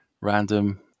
random